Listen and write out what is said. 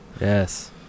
Yes